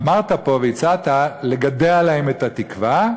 אמרת פה והצעת לגדוע להם את התקווה,